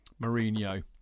Mourinho